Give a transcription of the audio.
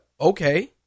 okay